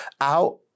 out